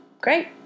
great